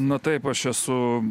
na taip aš esu